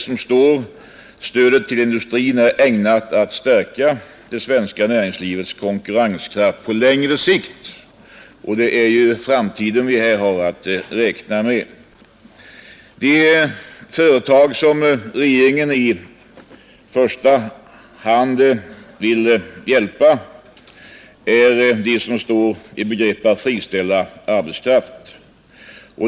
”Stödet är ägnat att stärka det svenska näringslivets konkurrenskraft på längre sikt”, står det, och det är ju framtiden vi här har att räkna med. De företag som regeringen i första hand vill hjälpa är de som står i begrepp att friställa arbetskraft.